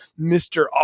Mr